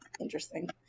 Interesting